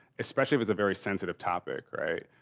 especially if it's a very sensitive topic, right?